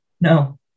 No